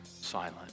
silent